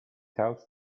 out